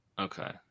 Okay